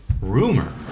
rumor